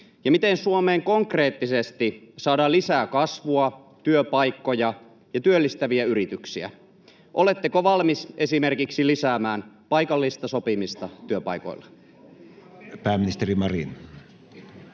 Ja miten Suomeen konkreettisesti saadaan lisää kasvua, työpaikkoja ja työllistäviä yrityksiä? Oletteko valmis esimerkiksi lisäämään paikallista sopimista työpaikoilla? [Ben